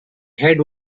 head